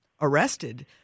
arrested